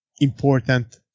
important